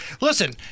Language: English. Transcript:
Listen